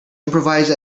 improvise